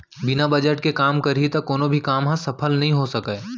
बिना बजट के काम करही त कोनो भी काम ह सफल नइ हो सकय